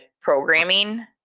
programming